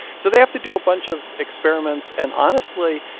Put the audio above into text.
so they have to do a bunch of experiments. and honestly,